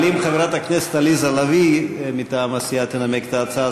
אבל אם חברת הכנסת עליזה לביא תנמק מטעם הסיעה את ההצעה,